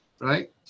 Right